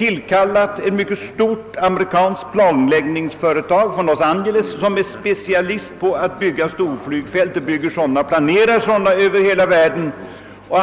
anlitat ett mycket stort amerikanskt planläggningsföretag i Los Angeles som är specialiserat på att bygga storflygfält och planerar sådana över hela världen.